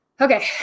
okay